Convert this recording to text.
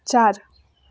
चार